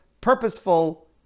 purposeful